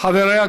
חברי הכנסת,